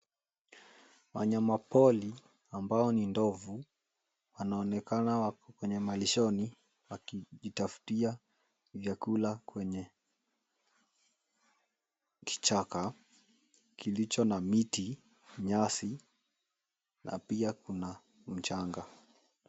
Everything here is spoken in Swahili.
Wanyama pori ambao ni ndovu, wapo kwenye malishoni. Wakijitafutia vyakula kwenye kichaka, kilicho na miti, nyasi, na pia kuna mchanga.